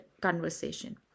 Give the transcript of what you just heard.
conversation